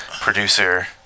producer